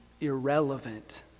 irrelevant